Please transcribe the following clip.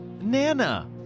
Nana